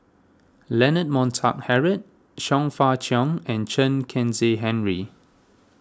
Leonard Montague Harrod Chong Fah Cheong and Chen Kezhan Henri